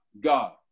God